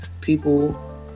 People